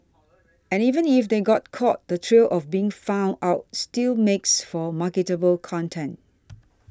and even if they got caught the thrill of being found out still makes for marketable content